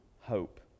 hope